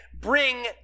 bring